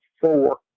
four